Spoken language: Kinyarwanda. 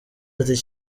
ati